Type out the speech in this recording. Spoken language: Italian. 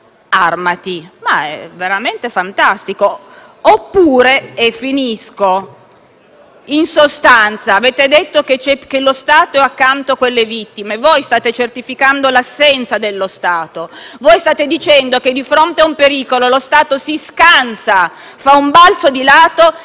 «armati». È veramente fantastico. In sostanza, avete detto che lo Stato è accanto a quelle vittime, ma in realtà voi state certificando l'assenza dello Stato; state dicendo che di fronte a un pericolo lo Stato si scansa, fa un balzo di lato